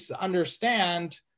understand